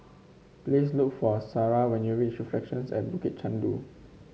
please look for Sarrah when you reach Reflections at Bukit Chandu